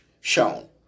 shown